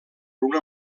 una